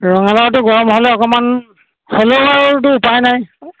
ৰঙালাওটো গৰম হ'লে অকণমান হ'লেও আৰুতো উপায় নাই